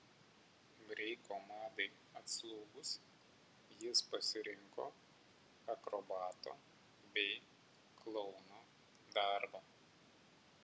breiko madai atslūgus jis pasirinko akrobato bei klouno darbą